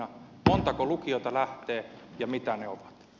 montako lukiota lähtee ja mitä ne ovat